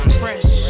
fresh